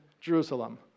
Jerusalem